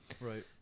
Right